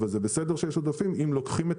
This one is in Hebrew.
אבל זה בסדר שיש עודפים אם לוקחים את